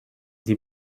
die